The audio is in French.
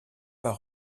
pas